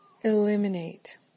eliminate